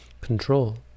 control